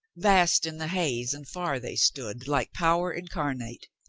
vast in the haze and far they stood, like power incarnate,